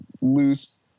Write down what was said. loose